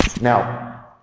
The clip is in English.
Now